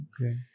Okay